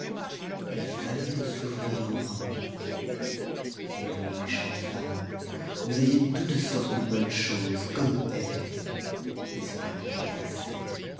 il fallait vous souvenir de vos promesses et vous méchante femme vous aviez toutes sortes de bonnes choses comme ève et cela n'était pas assez